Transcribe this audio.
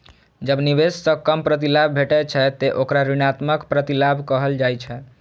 जब निवेश सं कम प्रतिलाभ भेटै छै, ते ओकरा ऋणात्मक प्रतिलाभ कहल जाइ छै